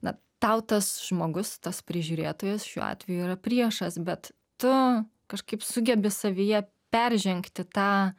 na tau tas žmogus tas prižiūrėtojas šiuo atveju yra priešas bet tu kažkaip sugebi savyje peržengti tą